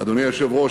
אדוני היושב-ראש,